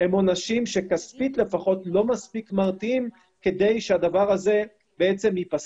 הם עונשים שכספית לפחות לא מספיק מרתיעים כדי שהדבר הזה ייפסק,